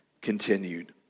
continued